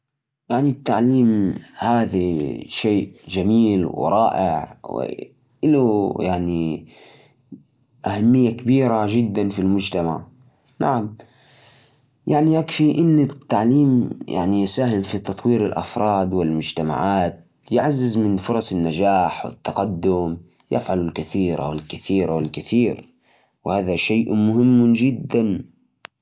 أيوه, التعليم مهم جداً للمجتمع لأنه يساعد في تطوير مهارات الأفراد ويحثث الوعي والثقافة كلما زاد مستوى التعليم زادت الفرص الاقتصادية والاجتماعية التعليم كمان يسهم في تحسين الصحة العامة وتقليل الجريمة لأنه يزرع القيم والأخلاق في الأجيال الجديدة